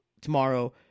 Tomorrow